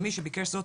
למי שביקש זאת,